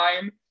time